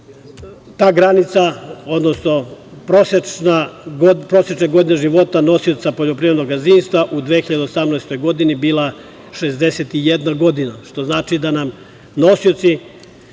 ta granica, odnosno prosečne godine života nosioca poljoprivrednog gazdinstva u 2018. godini bila 61 godina, što znači da su nam nosioci